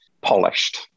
polished